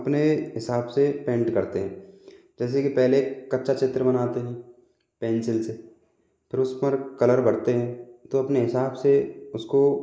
अपने हिसाब से पेंट करते हैं जैसे कि पहले कच्चा चित्र बनाते हैं पेंसिल से फिर उस पर कलर भरते हैं तो अपने हिसाब से उसको